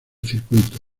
circuito